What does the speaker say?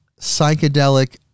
psychedelic